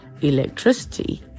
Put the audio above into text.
electricity